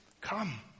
come